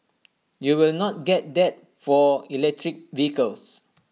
you will not get that for electric vehicles